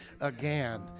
again